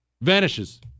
Vanishes